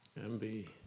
MB